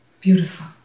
Beautiful